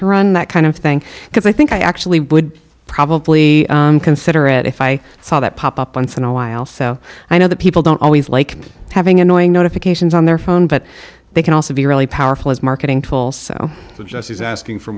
to run that kind of thing because i think i actually would probably consider it if i saw that pop up once in a while so i know that people don't always like having annoying notifications on their phone but they can also be really powerful as marketing tools so just as asking for